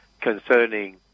concerning